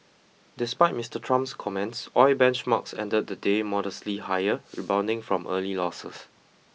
despite Mister Trump's comments oil benchmarks ended the day modestly higher rebounding from early losses